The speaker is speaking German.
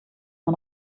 nur